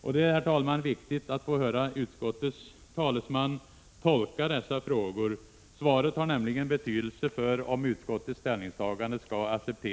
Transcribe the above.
Det är, herr talman, viktigt att få höra utskottets talesman tolka dessa frågor. Svaret har nämligen betydelse för om utskottets ställningstagande